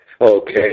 Okay